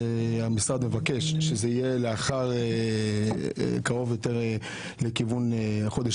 המשרד מבקש שזה יהיה קרוב יותר לכיוון חודש